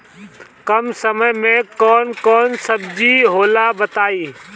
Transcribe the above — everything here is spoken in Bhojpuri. कम समय में कौन कौन सब्जी होला बताई?